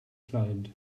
client